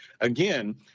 again